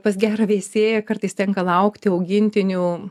pas gerą veisėją kartais tenka laukti augintinių